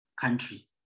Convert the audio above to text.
country